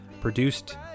produced